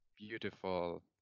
beautiful